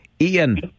Ian